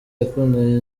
yakundanye